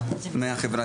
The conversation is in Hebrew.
תודה רבה.